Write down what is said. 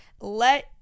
Let